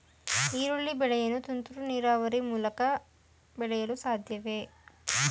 ಈರುಳ್ಳಿ ಬೆಳೆಯನ್ನು ತುಂತುರು ನೀರಾವರಿ ಮೂಲಕ ಬೆಳೆಸಲು ಸಾಧ್ಯವೇ?